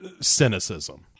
cynicism